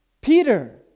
Peter